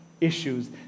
issues